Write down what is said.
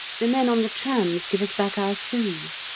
the men on the trams give us back our sous,